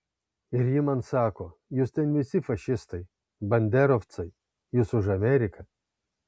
ir ji man sako jūs ten visi fašistai banderovcai jūs už ameriką